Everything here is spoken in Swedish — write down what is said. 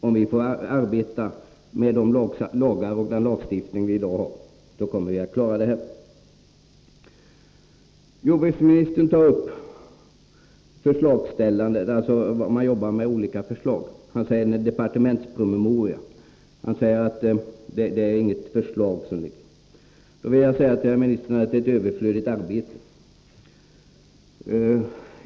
Om vi får arbeta under den lagstiftning som vi i dag har kommer vi att klara problemen. Jordbruksministern tar upp de förslag man jobbar med i departementet och säger att det är inte något förslag som ligger till grund för arbetet utan en departementspromemoria. Därför vill jag säga till herr ministern att det är ett överflödigt arbete.